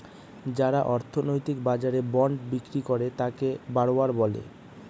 যারা অর্থনৈতিক বাজারে বন্ড বিক্রি করে তাকে বড়োয়ার বলে